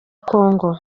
kongo